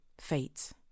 FATE